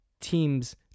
teams